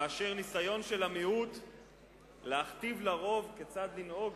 מאשר ניסיון של המיעוט להכתיב לרוב כיצד לנהוג?